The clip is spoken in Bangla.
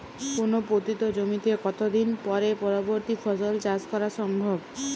কোনো পতিত জমিতে কত দিন পরে পরবর্তী ফসল চাষ করা সম্ভব?